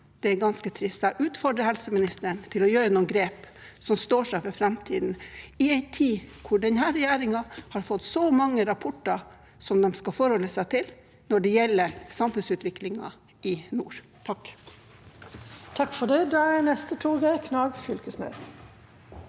Det er ganske trist. Jeg utfordrer helseministeren til å ta noen grep som står seg for framtiden, i en tid hvor denne regjeringen har fått så mange rapporter som de skal forholde seg til når det gjelder samfunnsutviklingen i nord. Torgeir Knag Fylkesnes